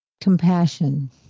compassion